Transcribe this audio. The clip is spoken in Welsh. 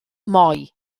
moi